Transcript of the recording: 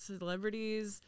celebrities